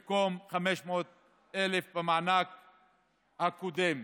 במקום 500,000 במענק הקודם.